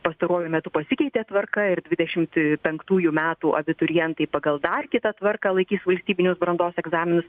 pastaruoju metu pasikeitė tvarka ir dvidešimt penktųjų metų abiturientai pagal dar kitą tvarką laikys valstybinius brandos egzaminus